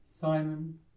Simon